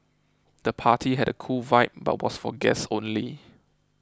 the party had a cool vibe but was for guests only